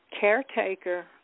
caretaker